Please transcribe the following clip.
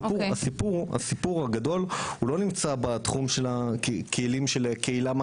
הסיפור הגדול הוא לא נמצא בתחום של הכלים של קהילה מה